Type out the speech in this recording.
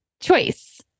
choice